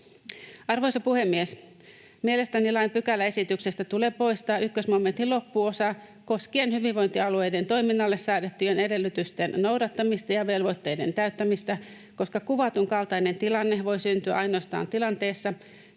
Arvoisa puhemies! Mielestäni lain pykäläesityksestä tulee poistaa 1 momentin loppuosa koskien hyvinvointialueiden toiminnalle säädettyjen edellytysten noudattamista ja velvoitteiden täyttämistä, koska kuvatun kaltainen tilanne voi syntyä ainoastaan tilanteessa,